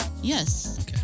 Yes